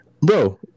bro